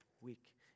week